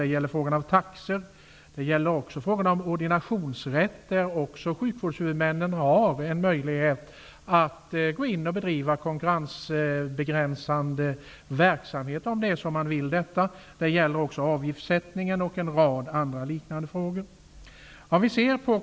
Den gäller taxor och också ordinationsrätten, där sjukvårdshuvudmännen har en möjlighet att gå in och bedriva konkurrensbegränsande verksamhet, om det är så att de vill detta. Det gäller också avgiftssättningen och en rad andra liknande frågor.